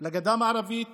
לגדה המערבית